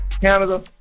Canada